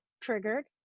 triggered